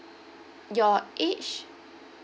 your age